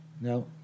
No